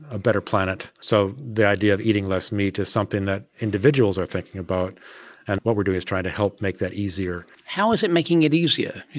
a better planet. so the idea of eating less meat is something that individuals are thinking about and what we're doing is trying to help make that easier. how is it making it easier?